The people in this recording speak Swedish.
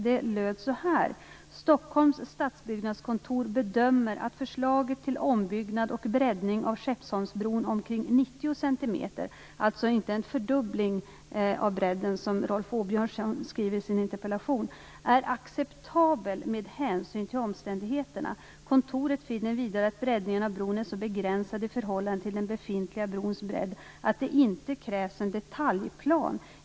Det lydde så här: Stockholms stadsbyggnadskontor bedömer att förslaget till ombyggnad och breddning av Skeppsholmsbron omkring 90 cm - alltså inte fördubbling av bredden, som Rolf Åbjörnsson skriver i sin interpellation - är acceptabel med hänsyn till omständigheterna. Kontoret finner vidare att breddningen av bron är så begränsad i förhållande till den befintliga brons bredd att det inte krävs en detaljplan.